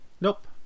nope